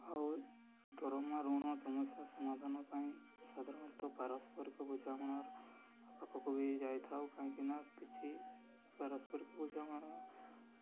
ଆଉ ଦରମା ଋଣ ସମସ୍ୟା ସମାଧାନ ପାଇଁ ସାଧାରଣତଃ ପାରସ୍ପରିକ ବୁଝାମଣା ପାଖକୁ ବି ଯାଇଥାଉ କାହିଁକିନା କିଛି ପାରସ୍ପରିକ ବୁଝାମଣା